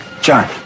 John